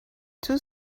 tout